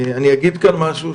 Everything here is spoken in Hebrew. אני אגיד כאן משהו,